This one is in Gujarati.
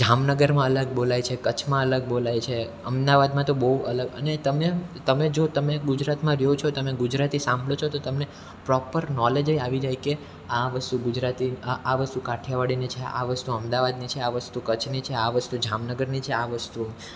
જામનગરમાં અલગ બોલાય છે કચ્છમાં અલગ બોલાય છે અમદાવાદમાં તો બહુ અલગ અને તમે તમે જો તમે ગુજરાતમાં રહો છો તો તમે ગુજરાતી સાંભળો છો તો તમને પ્રોપર નોલેજે આવી જાય કે આ વસ્તુ ગુજરાતી આ આ વસ્તુ કાઠિયાવાડીની છે આ વસ્તુ અમદાવાદની છે આ વસ્તુ કચ્છની છે આ વસ્તુ જામનગરની છે આ વસ્તુ